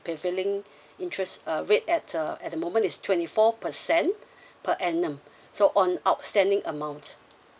prevailing interest uh rate at uh at the moment is twenty four percent per annum so on outstanding amount